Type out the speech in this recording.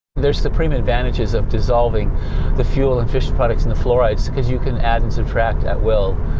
there are supreme advantages of dissolving the fuel and fission products in the fluorides, because you can add and subtract at will.